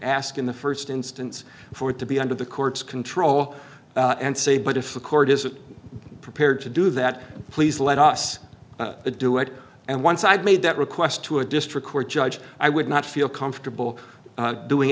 ask in the first instance for it to be under the court's control and say but if the court is prepared to do that please let us do it and once i've made that request to a district court judge i would not feel comfortable doing